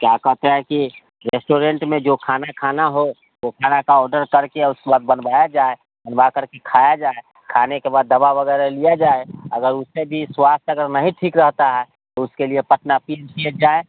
क्या कहते है कि रेस्टुरेंट में जो खाना खाना हो वह खाने का ऑर्डर करके और उसको उपलब्ध बनवाया जाए बनवा करके खाया जाए खाने के बाद दवा वगैरह लिया जाए अगर उससे भी स्वास्थ्य अगर नहीं ठीक रहता है तो उसके लिए Patna P M C H जाए